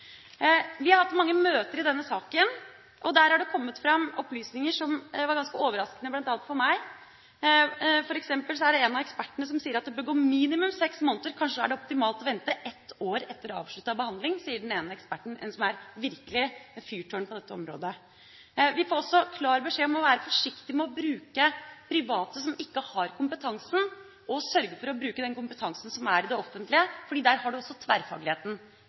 Vi har hatt mange møter i denne saken, og der har det kommet fram opplysninger som var ganske overraskende bl.a. for meg. For eksempel er det en av ekspertene som sier at det bør gå minimum seks måneder. Kanskje er det optimalt å vente ett år etter avsluttet behandling, sier den ene eksperten, som virkelig er et fyrtårn på dette området. Vi får også klar beskjed om å være forsiktige med å bruke private som ikke har kompetansen, og sørge for å bruke den kompetansen som er i det offentlige, for der har vi også tverrfagligheten.